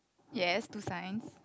yes to signs